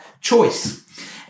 choice